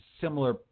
similar